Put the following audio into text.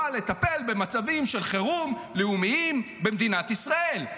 לטפל במצבי חירום לאומיים במדינת ישראל.